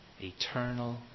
eternal